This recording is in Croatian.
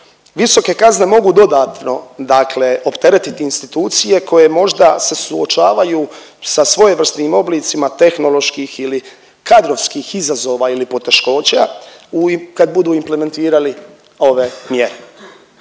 Visoke kazne mogu dodatno, dakle opteretiti institucije koje možda se suočavaju sa svojevrsnim oblicima tehnoloških ili kadrovskih izazova ili poteškoća kad budu implementirali ove mjere.